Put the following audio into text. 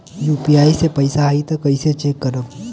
UPI से पैसा आई त कइसे चेक करब?